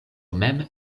mem